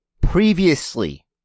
previously